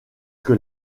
que